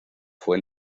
fue